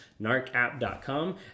narcapp.com